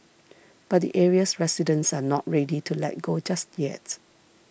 but the area's residents are not ready to let go just yet